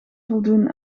voldoen